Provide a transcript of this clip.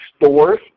stores